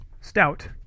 Stout